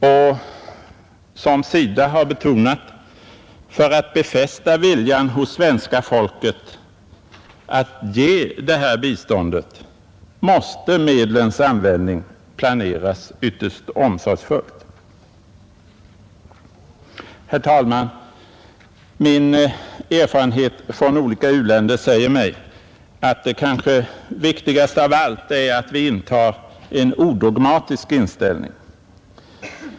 Och — som SIDA har betonat — för att befästa viljan hos svenska folket att ge detta bistånd måste medlens användning planeras ytterst omsorgsfullt. Herr talman! Min erfarenhet från olika u-länder säger mig att det kanske viktigaste av allt är att vi intar en odogmatisk inställning.